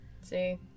See